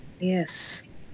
Yes